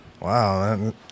Wow